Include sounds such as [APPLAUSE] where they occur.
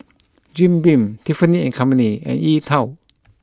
[NOISE] Jim Beam Tiffany and Co and E Twow